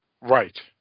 right